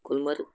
Gulmarg